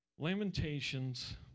lamentations